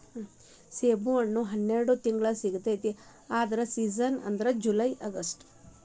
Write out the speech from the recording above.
ಸೇಬುಹಣ್ಣಿನ ಹನ್ಯಾಡ ತಿಂಗ್ಳು ಸಿಗತೈತಿ ಆದ್ರ ಸೇಜನ್ ಅಂದ್ರ ಜುಲೈ ಅಗಸ್ಟ